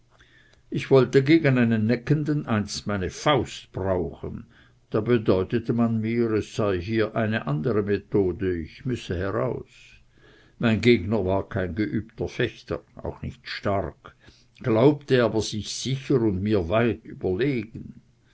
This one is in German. ich wollte gegen einen neckenden einst meine faust brauchen da bedeutete man mir es sei hier eine andere mode ich müßte heraus mein gegner war kein geübter fechter auch nicht stark glaubte aber sich sicher und mir weit überlegen